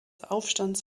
aufstands